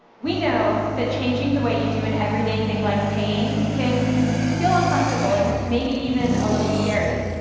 we know that changing the way you do an everyday thing like paying can feel uncomfortable and maybe even a little scary.